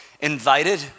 invited